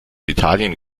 italien